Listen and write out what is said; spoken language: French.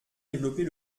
développer